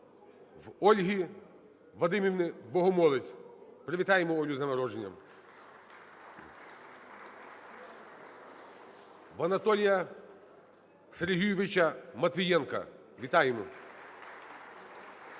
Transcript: У Ольги Вадимівни Богомолець. Привітаємо Олю з днем народження! У Анатолія Сергійовича Матвієнка. Вітаємо!